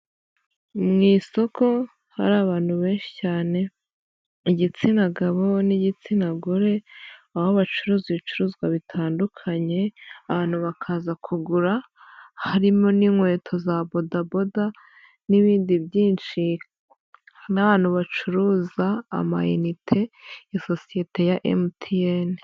Mu isoko hari abantu benshi cyane igitsina gabo n'igitsina gore, aho bacuruza ibicuruzwa bitandukanye abantu bakaza kugura, harimo n'inkweto za bodaboda n'ibindi byinshi, n'abantu bacuruza amainite ni sosiyete ya MTN.